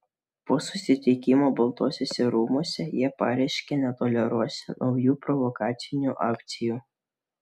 po susitikimo baltuosiuose rūmuose jie pareiškė netoleruosią naujų provokacinių akcijų